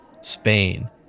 Spain